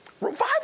Revival